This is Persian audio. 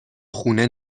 خونه